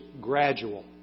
gradual